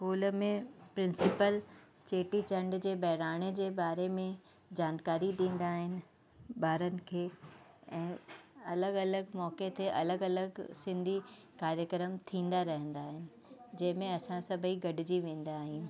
school में principal Cheti Chand जे बहिराणे जे बारे में जानकारी ॾींदा आहिनि ॿारनि खे ऐं अलॻि अलॻि मौक़े ते अलॻि अलॻि सिंधी कार्यक्रम थींदा रहंदा आहिनि जंहिं में असां सभेई गॾिजी वेंदा आहियूं